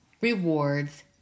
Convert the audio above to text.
rewards